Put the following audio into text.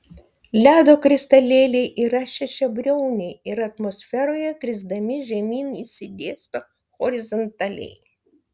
ledo kristalėliai yra šešiabriauniai ir atmosferoje krisdami žemyn išsidėsto horizontaliai